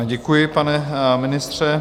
Děkuji, pane ministře.